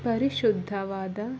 ಪರಿಶುದ್ಧವಾದ